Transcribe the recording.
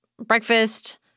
breakfast